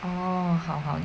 哦好好